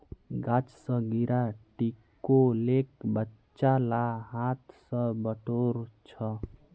गाछ स गिरा टिकोलेक बच्चा ला हाथ स बटोर छ